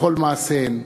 בכל מעשיהן,